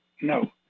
No